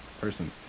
person